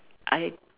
I